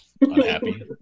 unhappy